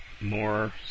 more